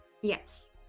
yes